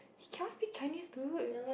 he cannot speak Chinese dude